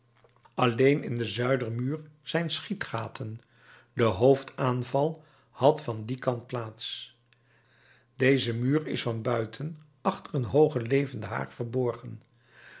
alleen in den zuidermuur zijn schietgaten de hoofdaanval had van dien kant plaats deze muur is van buiten achter een hooge levende haag verborgen